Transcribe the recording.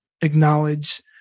acknowledge